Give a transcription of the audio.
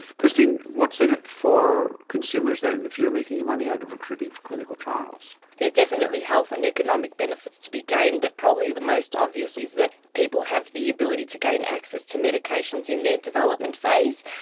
christine, what's in it for consumers then if you're making your money out of recruiting for clinical trials? there's definitely health and economic benefits to be gained, but probably the most obvious is that people have the ability to gain access to medications in their development phase.